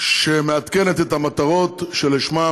שמעדכנת את המטרות שלשמן